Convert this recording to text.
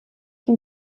und